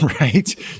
right